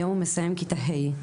היום הוא מסיים כיתה ה'.